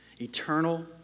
eternal